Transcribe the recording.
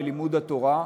ללימוד התורה.